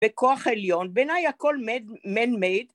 בכוח עליון, בעיניי הכל man-made